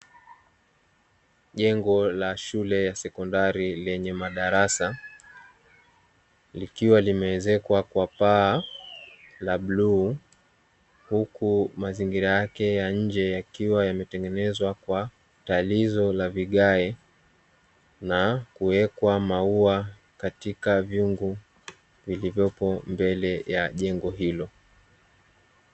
Jengo la shule ya sekondari yenye madarasa, likiwa limeezekwa kwa paa la bluu. Huku mazingira yake ya nje yakiwa yametengenezwa kwa vigae, na kuwekwa maua katika vyungu na vilivyoko mbele ya jengo hilo.